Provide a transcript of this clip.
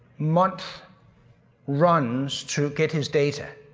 month runs to get his data.